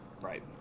Right